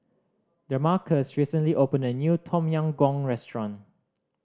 Damarcus recently opened a new Tom Yam Goong restaurant